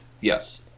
Yes